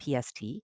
pst